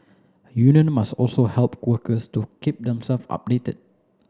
union must also help workers to keep themself updated